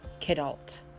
kidult